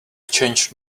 changed